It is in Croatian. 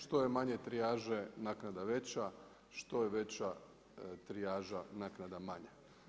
Što je manje trijaže naknada je veća, što je veća trijaža naknada je manja.